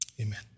Amen